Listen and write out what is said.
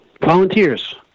Volunteers